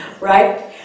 right